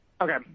Okay